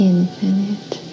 Infinite